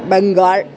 Bengal